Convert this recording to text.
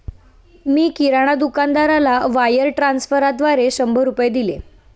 मी किराणा दुकानदाराला वायर ट्रान्स्फरद्वारा शंभर रुपये दिले